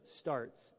starts